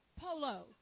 Polo